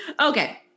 Okay